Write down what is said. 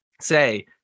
say